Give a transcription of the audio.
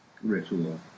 Ritual